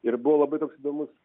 ir buvo labai toks įdomus